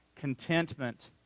contentment